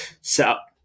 setup